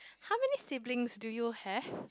how many siblings do you have